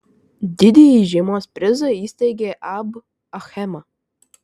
didįjį žiemos prizą įsteigė ab achema